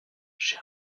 j’ai